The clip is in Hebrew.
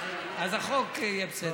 אז החוק יהיה בסדר.